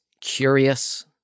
curious